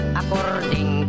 according